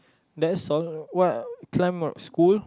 that's all what climb a school